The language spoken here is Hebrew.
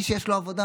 מי שיש לו עבודה.